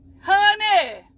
honey